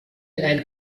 and